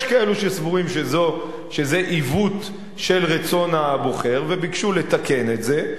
יש כאלה שסבורים שזה עיוות של רצון הבוחר וביקשו לתקן את זה.